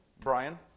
Brian